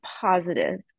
positive